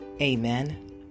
amen